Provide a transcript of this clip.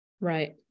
Right